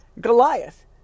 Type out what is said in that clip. Goliath